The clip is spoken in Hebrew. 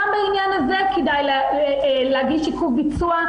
גם בעניין הזה כדאי להגיש עיכוב ביצוע,